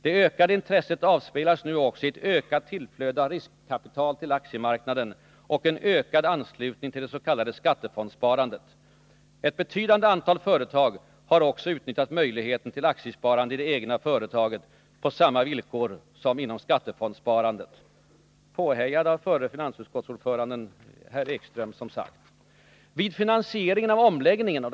Det ökade intresset avspeglas nu också i ett ökat tillflöde av riskkapital till aktiemarknaden och en ökad anslutning till det s.k. skattefondsparandet. Ett betydande antal företag har också utnyttjat möjligheten till aktiesparande i det egna företaget på samma villkor som inom skattefondsparandet.” — De är som sagt påhejade av förutvarande ordföranden i finansutskottet Sven Ekström.